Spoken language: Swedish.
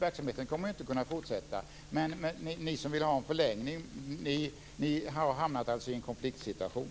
Verksamheten kommer inte att kunna fortsätta. Men ni som vill ha en förlängning har hamnat i en konfliktsituation.